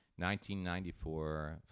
1994